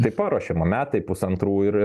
tai paruošiama metai pusantrų ir ir